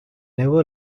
never